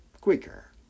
quicker